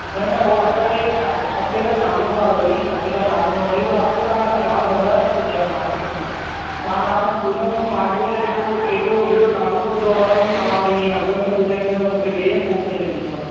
न न उहो असांखे ख खपे त खाननि वारो ई खपे त खाननि वारो ई पर अघु तव्हां यार जाम वधायो था ॿुधायो मार्किट खां मां तव्हांजो पूनम हार्डवेयर एॾो एॾो एॾो नालो ॿुधो आहे तव्हां वरी हीअं अघनि में ॿुधाईंदो त मूंखे ॿिए हंधु मोकिले छॾींदव